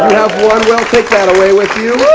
have won will. take that away with you.